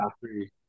three